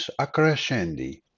accrescendi